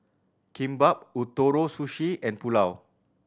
Kimbap Ootoro Sushi and Pulao